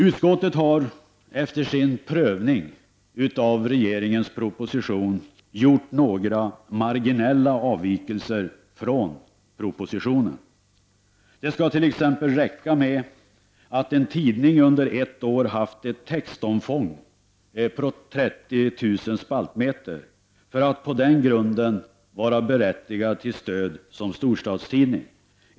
Utskottet har efter sin prövning av regeringens proposition gjort några marginella avvikelser från propositionen. Det skall t.ex. räcka med att en tidning under ett år haft ett textomfång på 30 000 spaltmeter för att på den grunden vara berättigad till stöd som storstadstidning.